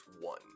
One